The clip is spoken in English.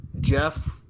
Jeff